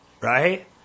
right